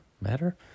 Matter